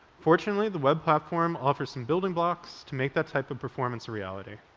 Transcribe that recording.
fortunately the web platform offers some building blocks to make that type of performance a reality.